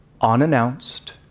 unannounced